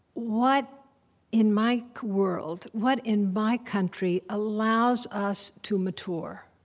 what in my world, what in my country, allows us to mature?